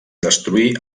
destruir